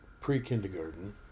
Pre-kindergarten